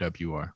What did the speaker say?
WR